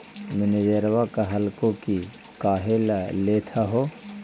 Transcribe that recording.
मैनेजरवा कहलको कि काहेला लेथ हहो?